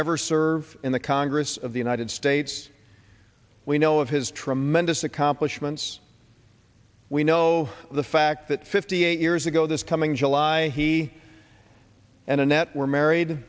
ever serve in the congress of the united states we know of his tremendous accomplishments we know the fact that fifty eight years ago this coming july he and annette were married